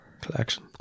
collection